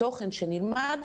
תוכן שנלמד,